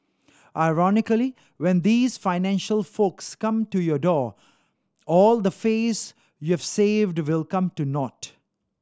ironically when these financial folks come to your door all the face you have saved will come to naught